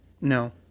No